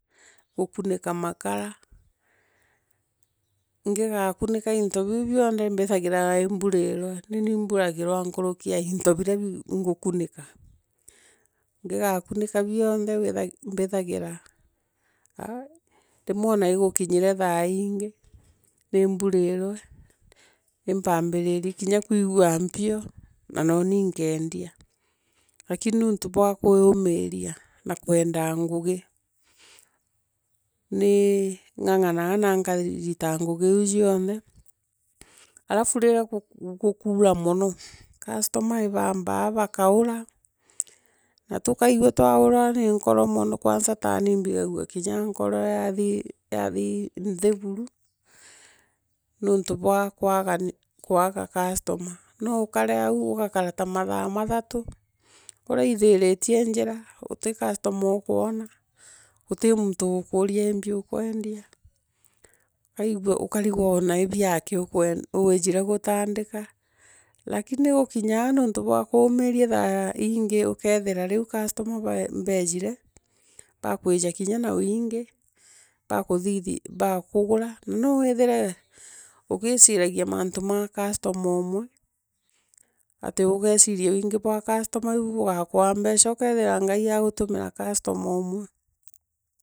Gukunika makara, ngigakunika mto biu bionthe bithagirwa imburirwe imburagirwa nkuruki ya into birea ngukurikia. Ngigakunika bionthe mbithagira rimwe inya igukinyire thaa iingi, ni mbunirwe, na mpaambiririe kinya kwigwa mpio, na noni nkeendia, lakiru niuntu bwa kuumiria na kwenda ngugi ni nganganaa na nkairita ngugi iu cionthe halafu riria gukuura mono, customer ibamba bakaura, na tukaigua twaurwa ni nkoro mono kwanza ta ni mbigagua nkoro yathinthi buru, nontu bwa kwaya kwaga customer no ukare au ugakara ta mathaa mathatu uraithiritie njira na uti customer ukwana utii mundu uukuria imbi ukwendia ukarigwa ona ibiambi wiijire gutandika lakini okinya aa nontu bwa kuumiria thagi inge ukeethira customer ibeejire, baakuuja kinya na wiingi baakuthithica baakugura no withire ugiiciragia mantu ma customer pmwe, atu ugeechiria wiingi bwa customer bwaokwa mbeca, ukethira Ngai agutumira customer omwe.